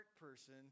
person